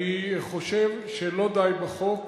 אני חושב שלא די בחוק,